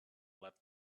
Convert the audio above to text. let